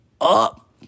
up